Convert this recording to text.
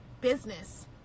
business